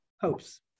hopes